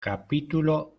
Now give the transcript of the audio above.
capítulo